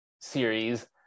series